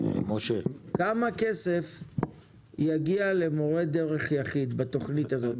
כמה כסף יגיע למורה דרך יחיד בתוכנית הזאת?